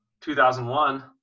2001